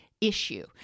issue